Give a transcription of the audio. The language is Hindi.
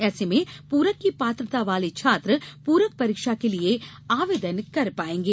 ऐसे में पूरक की पात्रता वाले छात्र पूरक परीक्षा के लिए आवेदन कर पाएंगे